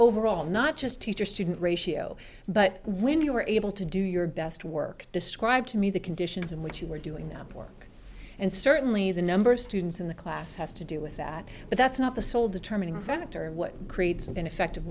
overall not just teacher student ratio but when you were able to do your best work describe to me the conditions in which you were doing enough work and certainly the number of students in the class has to do with that but that's not the sole determining factor of what creates an effective